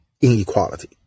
inequality